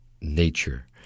nature